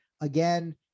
again